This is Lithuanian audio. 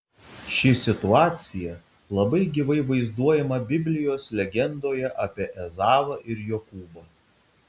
ši situacija labai gyvai vaizduojama biblijos legendoje apie ezavą ir jokūbą